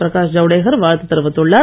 பிரகாஷ் ஜவுடேகர் வாழ்த்து தெரிவித்துள்ளார்